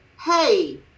Hey